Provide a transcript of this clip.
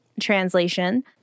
translation